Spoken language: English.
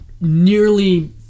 nearly